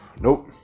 nope